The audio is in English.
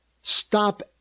stop